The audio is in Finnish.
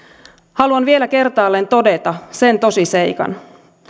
haluan vielä kertaalleen todeta sen tosiseikan